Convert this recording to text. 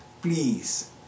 please